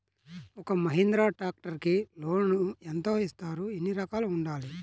ఒక్క మహీంద్రా ట్రాక్టర్కి లోనును యెంత ఇస్తారు? ఎన్ని ఎకరాలు ఉండాలి?